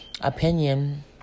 opinion